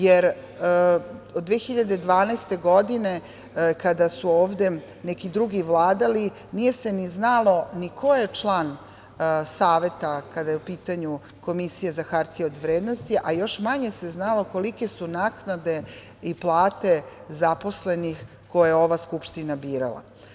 Jer, 2012. godine, kada su ovde neki drugi vladali, nije se ni znalo ni ko je član Saveta kada je u pitanju Komisija za hartije od vrednosti, a još manje se znalo kolike su naknade i plate zaposlenih koje je ova Skupština birala.